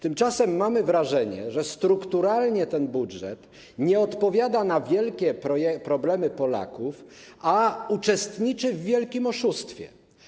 Tymczasem mamy wrażenie, że strukturalnie ten budżet nie odpowiada na wielkie problemy Polaków, a uczestniczy w wielkim oszustwie.